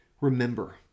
remember